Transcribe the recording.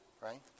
right